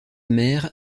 mère